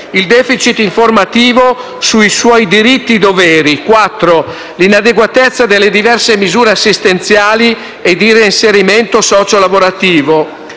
il *deficit* informativo sui suoi diritti e i suoi doveri; l'inadeguatezza delle diverse misure assistenziali e di reinserimento sociolavorativo;